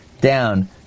down